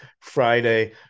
Friday